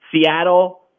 Seattle